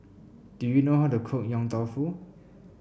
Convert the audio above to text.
do you know how to cook Yong Tau Foo